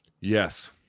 Yes